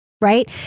right